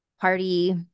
party